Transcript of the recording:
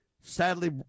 Sadly